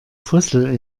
fussel